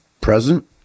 present